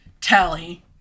Tally